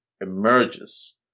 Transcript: emerges